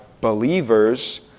believers